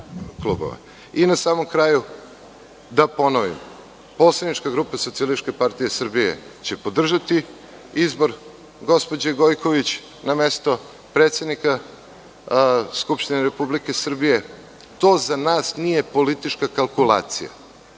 na samom kraju da ponovim, poslanička grupa SPS će podržati izbor gospođe Gojković na mesto predsednika Skupštine Republike Srbije. To za nas nije politička kalkulacija,